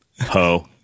ho